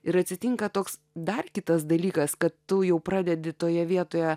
ir atsitinka toks dar kitas dalykas kad tu jau pradedi toje vietoje